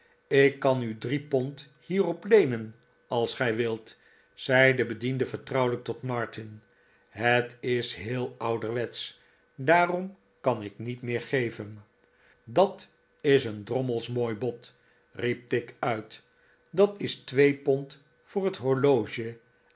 ik kan u drie pond hierop leenen als gij wilt zei de bediende vertrouwelijk tot martin het is heel ouderwetsch daarom kan ik niet meer geven dat is een drommels mooi bod riep tigg uit dat is twee pond voor het horloge